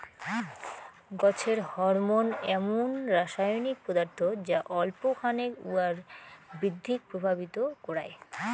গছের হরমোন এমুন রাসায়নিক পদার্থ যা অল্প খানেক উয়ার বৃদ্ধিক প্রভাবিত করায়